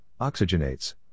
oxygenates